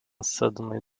suddenly